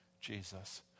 jesus